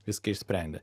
viską išsprendė